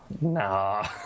Nah